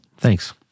Thanks